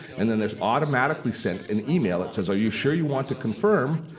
and then this automatically sent an email that says, are you sure you want to confirm?